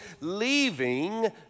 leaving